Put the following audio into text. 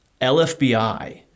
LFBI